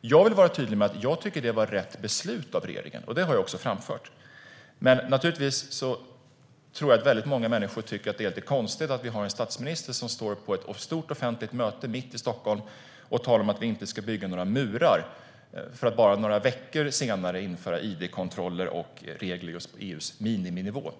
Jag vill vara tydlig med att jag tycker att det var rätt beslut av regeringen, och det har jag också framfört. Men jag tror att väldigt många människor tycker att det är lite konstigt att vi har en statsminister som står på ett stort, offentligt möte mitt i Stockholm och talar om att vi inte ska bygga några murar, för att bara några veckor senare införa id-kontroller och regler anpassade till just EU:s miniminivå.